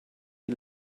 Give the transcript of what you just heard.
die